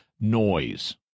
noise